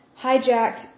hijacked